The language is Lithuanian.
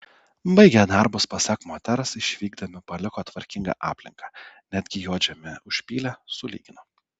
baigę darbus pasak moters išvykdami paliko tvarkingą aplinką netgi juodžemį užpylė sulygino